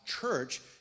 church